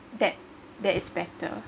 that that is better